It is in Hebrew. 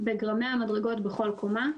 בגרמי המדרגות בכל קומה,